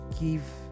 give